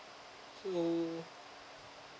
hmm